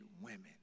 women